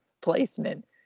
placement